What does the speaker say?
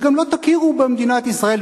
וגם לא תכירו במדינת ישראל,